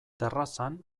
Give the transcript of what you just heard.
terrazan